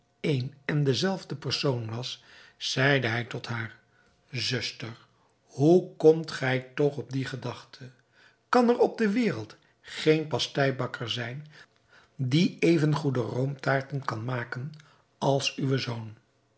een en de zelfde persoon was zeide hij tot haar zuster hoe komt gij toch op die gedachte kan er op de wereld geen pasteibakker zijn die even goede roomtaarten kan maken als uw zoon